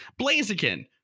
Blaziken